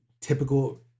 typical